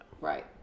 Right